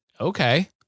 Okay